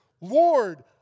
Lord